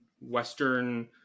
Western